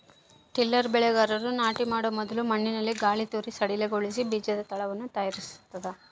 tiller ಬೆಳೆಗಾರರು ನಾಟಿ ಮಾಡೊ ಮೊದಲು ಮಣ್ಣಿನಲ್ಲಿ ಗಾಳಿತೂರಿ ಸಡಿಲಗೊಳಿಸಿ ಬೀಜದ ತಳವನ್ನು ತಯಾರಿಸ್ತದ